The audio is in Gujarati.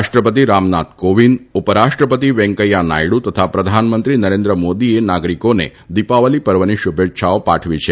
રાષ્ટ્રપતિ રામનાથ કોવિંદ ઉપરાષ્ટ્રપતિ વેંકૈયા નાયડુ તથા પ્રધાનમંત્રી નરેન્દ્રમોદીએ નાગરિકોને દીપાવલીપર્વની શુભેચ્છાઓ પાઠવી છે